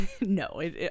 no